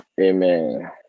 Amen